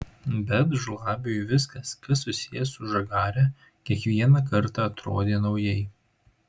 bet žlabiui viskas kas susiję su žagare kiekvieną kartą atrodė naujai